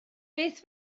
beth